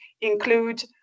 include